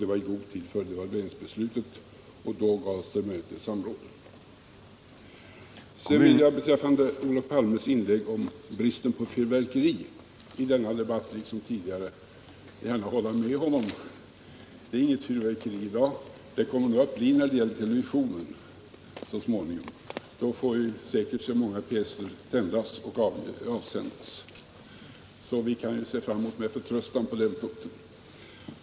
Det var i god tid före devalveringsbeslutet, och då gavs det möjligheter till samråd. Sedan vill jag beträffande Olof Palmes inlägg om bristen på fyrverkeri i denna debatt, liksom tidigare, gärna hålla med honom. Det är inget fyrverkeri i dag. Det kommer nog att bli det när det gäller televisionen så småningom. Då får vi säkert se många pjäser tändas och avsändas, så vi kan se framåt med förtröstan på den punkten.